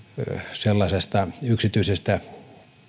sellaisesta yksityisestä